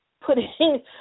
Putting